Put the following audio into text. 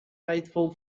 faithful